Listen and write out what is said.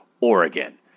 Oregon